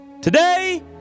Today